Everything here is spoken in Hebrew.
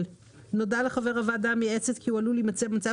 נודע לחבר הוועדה המייעצת כי הוא עלול להימצא במצב